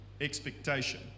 expectation